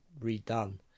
redone